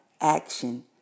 action